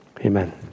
amen